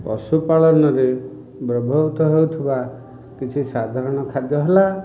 ପଶୁପାଳନରେ ବ୍ୟବହୃତ ହେଉଥିବା କିଛି ସାଧାରଣ ଖାଦ୍ୟ ହେଲା